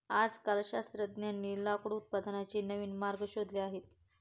आजकाल शास्त्रज्ञांनी लाकूड उत्पादनाचे नवीन मार्ग शोधले आहेत